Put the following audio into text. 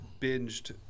binged